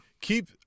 Keep